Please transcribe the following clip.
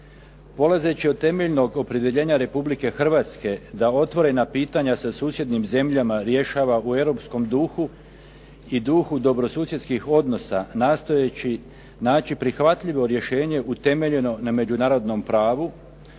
Polazeći od temeljnog opredjeljenja Republike Hrvatske da otvorena pitanja sa susjednim zemljama rješava u europskom duhu i duhu dobrosusjedskih odnosa nastojeći naći prihvatljivo rješenje utemeljeno na međunarodnom pravu,